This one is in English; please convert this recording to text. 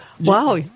wow